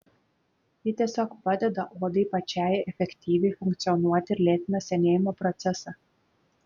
ji tiesiog padeda odai pačiai efektyviai funkcionuoti ir lėtina senėjimo procesą